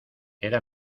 era